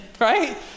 Right